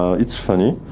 it's funny,